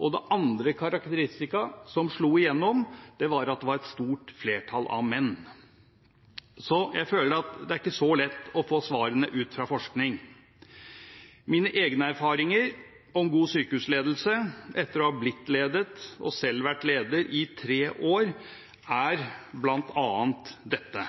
og det andre karakteristikumet som slo gjennom, var at det var stort flertall av menn. Så jeg føler at det ikke er så lett å få svarene ut fra forskning. Mine egne erfaringer om god sykehusledelse etter å ha blitt ledet og selv vært leder i tre tiår, er bl.a. dette: